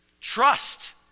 trust